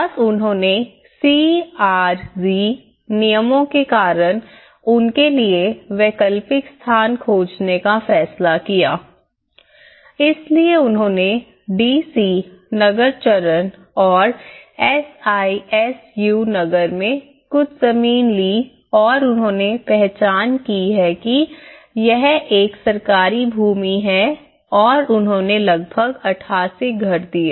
और उन्होंने सीआरजेड नियमों के कारण उनके लिए वैकल्पिक स्थान खोजने का फैसला किया इसलिए उन्होंने डीसी नगर चरण और एसआईएसयू नगर में कुछ जमीन ली और उन्होंने पहचान की है कि यह एक सरकारी भूमि है और उन्होंने लगभग 88 घर दिए